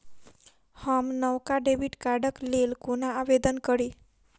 हम नवका डेबिट कार्डक लेल कोना आवेदन करी?